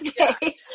Okay